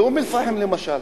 באום-אל-פחם למשל.